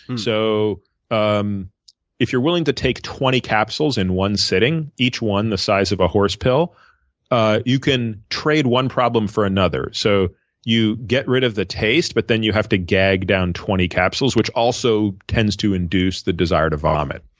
and so um if you're willing to take twenty capsules in one sitting each one the size of a horse pill ah you can trade one problem for another. so you get rid of the taste, but then you have to gag down twenty capsules, which also tends to induce the desire to vomit.